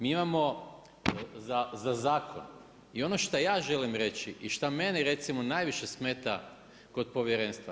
Mi imamo za zakon i ono šta ja želim reći i šta meni recimo najviše smeta kod povjerenstva.